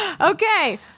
Okay